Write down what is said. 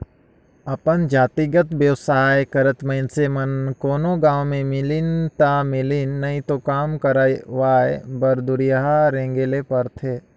अपन जातिगत बेवसाय करत मइनसे मन कोनो गाँव में मिलिन ता मिलिन नई तो काम करवाय बर दुरिहां रेंगें ले परथे